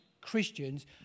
Christians